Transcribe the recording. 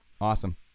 Awesome